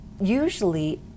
usually